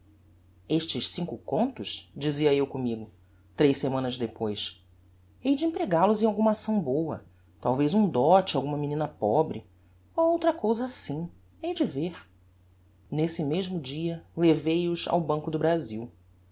estes cinco contos dizia eu com migo tres semanas depois hei de empregal os em alguma acção bôa talvez um dote a alguma menina pobre ou outra cousa assim hei de ver nesse mesmo dia levei os ao banco do brazil